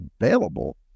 available